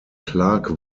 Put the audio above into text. clarke